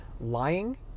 lying